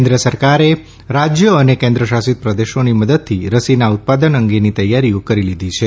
કેન્દ્ર સરકારે રાજ્યો અને કેન્દ્રશાસીત પ્રદેશોની મદદથી રસીના ઉત્પાદન અંગેની તૈયારીઓ કરી લીધી છે